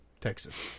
Texas